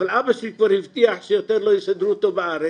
אבל אבא שלי כבר הבטיח שיותר לא יסדרו אותו בארץ